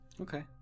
Okay